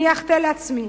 אני אחטא לעצמי,